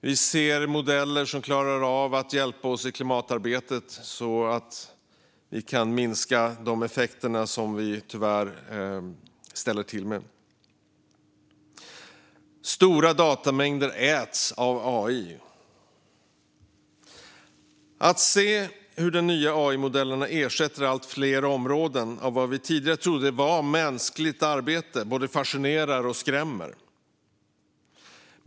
Vi ser modeller som hjälper oss i klimatarbetet så att vi kan minska effekterna av det vi tyvärr ställer till med. Stora datamängder äts av AI. Att se hur de nya AI-modellerna kan ersätta människan på allt fler områden både fascinerar och skrämmer.